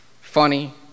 Funny